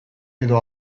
edo